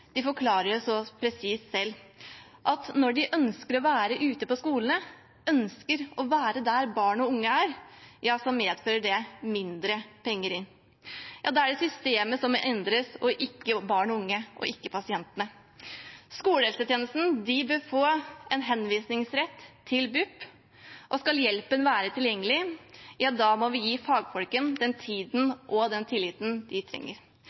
forklarer det jo så presist selv, at når de ønsker å være ute på skolene, ønsker å være der barn og unge er, medfører det mindre penger inn. Da er det systemet som må endres – ikke barn og unge og ikke pasientene. Skolehelsetjenesten bør få en henvisningsrett til BUP, og skal hjelpen være tilgjengelig, må vi gi fagfolkene den tiden og den tilliten de trenger.